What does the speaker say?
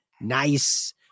nice